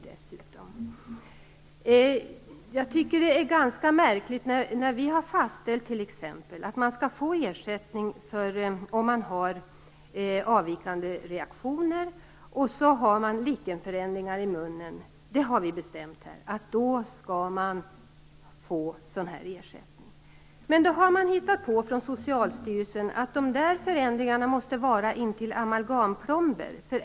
Vi har t.ex. fastställt att man skall få ersättning om man har avvikande reaktioner och lichenförändringar i munnen. Men då har Socialstyrelsen hittat på att dessa förändringar måste vara intill amalgamplomber.